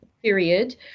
period